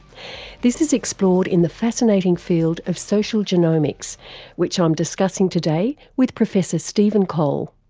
this is explored in the fascinating field of social genomics which i'm discussing today with professor steven cole.